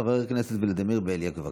חבר הכנסת ולדימיר בליאק, בבקשה.